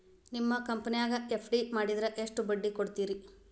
ನಿಮ್ಮ ಕಂಪನ್ಯಾಗ ಎಫ್.ಡಿ ಮಾಡಿದ್ರ ಎಷ್ಟು ಬಡ್ಡಿ ಕೊಡ್ತೇರಿ?